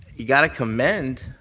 you've got to commend